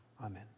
Amen